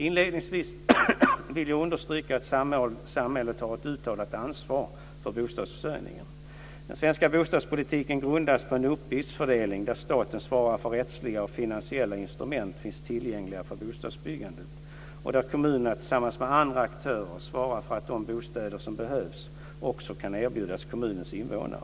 Inledningsvis vill jag understryka att samhället har ett uttalat ansvar för bostadsförsörjningen. Den svenska bostadspolitiken grundas på en uppgiftsfördelning där staten svarar för att rättsliga och finansiella instrument finns tillgängliga för bostadsbyggandet och där kommunerna tillsammans med andra aktörer svarar för att de bostäder som behövs också kan erbjudas kommunens invånare.